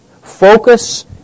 Focus